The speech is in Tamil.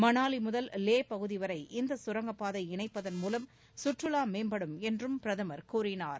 மணாலி முதல் லே பகுதிவரை இந்த கரங்கப்பாதை இணைப்பதன் மூலம் சுற்றுவா மேம்படும் என்றும் பிரதமர் கூறினார்